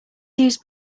used